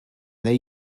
they